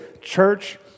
church